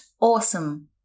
awesome